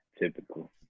typical